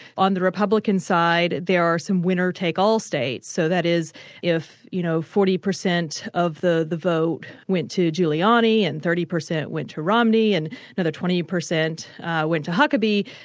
on the republican side, there are some winner-take-all states, so that is if you know forty percent of the the vote went to giuliani and thirty percent went to romney and another twenty percent went to huckerbee,